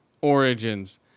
Origins